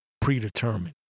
predetermined